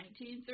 1930